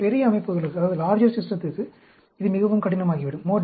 ஆனால் பெரிய அமைப்புகளுக்கு இது மிகவும் கடினமாகிவிடும்